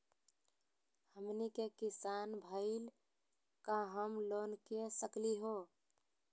हमनी के किसान भईल, का हम लोन ले सकली हो?